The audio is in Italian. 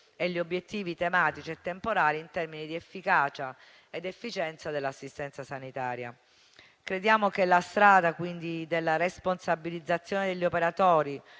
e gli obiettivi tematici e temporali in termini di efficacia e di efficienza dell'assistenza sanitaria. Crediamo quindi che la strada della responsabilizzazione degli operatori,